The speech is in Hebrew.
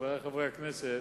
חברי חברי הכנסת,